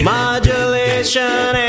Modulation